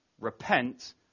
Repent